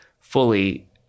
fully